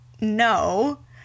no